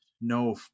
no